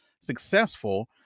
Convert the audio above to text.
successful